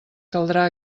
caldrà